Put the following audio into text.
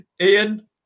Ian